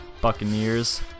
Buccaneers